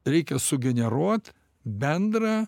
reikia sugeneruot bendrą